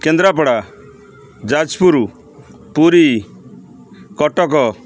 Kendrapara Jajpur Puri Cuttack